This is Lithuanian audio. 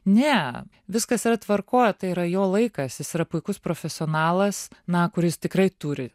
ne viskas yra tvarkoj tai yra jo laikas jis yra puikus profesionalas na kuris tikrai turi